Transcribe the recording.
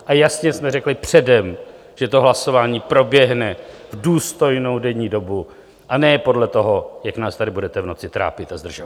A jasně jsme řekli předem, že to hlasování proběhne v důstojnou denní dobu, a ne podle toho, jak nás tady budete v noci trápit a zdržovat.